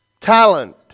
talent